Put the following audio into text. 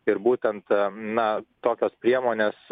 ir būtent na tokios priemonės